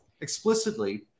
explicitly